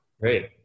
Great